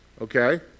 okay